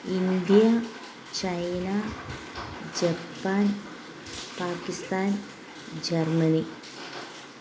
India China Japan Pakistan Germany